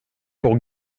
pour